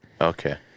Okay